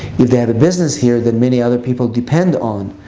if they have a business here, then many other people depend on.